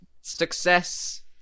success